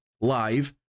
live